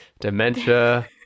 Dementia